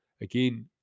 again